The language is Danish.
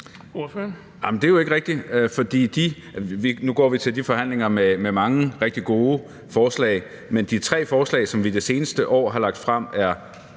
det er jo ikke rigtigt. Altså, nu går vi til de forhandlinger med mange rigtig gode forslag, men de tre forslag, som vi det seneste år har lagt frem, er